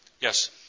Yes